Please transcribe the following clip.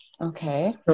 Okay